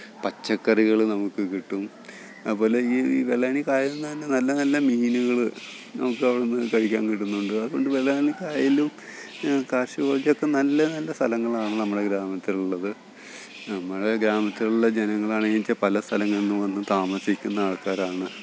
പച്ചക്കറികൾ നമുക്ക് കിട്ടും അതുപോലെ ഈ വെള്ളായണി കായലിൽ നിന്ന് തന്നെ നല്ല നല്ല മീനുകൾ നമുക്കവിടെന്ന് കഴിക്കാൻ കിട്ടുന്നുണ്ട് അതുകൊണ്ട് വെള്ളായണി കായലും കാർഷിക കോളേജക്ക നല്ല നല്ല സ്ഥലങ്ങളാണ് നമ്മുടെ ഗ്രാമത്തിലുള്ളത് നമ്മുടെ ഗ്രാമത്തിലുള്ള ജനങ്ങളാണെങ്കിച്ചാൽ പല സ്ഥലങ്ങളിൽ നിന്ന് വന്ന് താമസിക്കുന്ന ആൾക്കാരാണ്